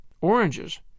oranges